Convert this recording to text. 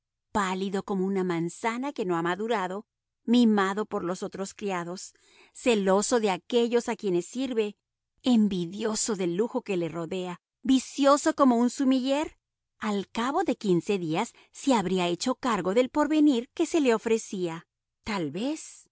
pálido como una manzana que no ha madurado mimado por los otros criados celoso de aquellos a quienes sirve envidioso del lujo que le rodea vicioso como un sumiller al cabo de quince días se habría hecho cargo del porvenir que se le ofrecía tal vez